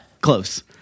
close